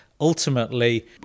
ultimately